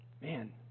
Man